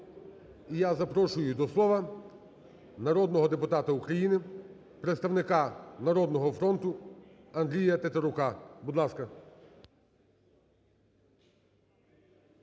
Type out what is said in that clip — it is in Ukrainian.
я запрошую до слова народного депутата України, представника "Народного фронту" Андрія Тетерука. Будь ласка.